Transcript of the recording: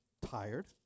tired